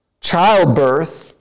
childbirth